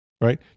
right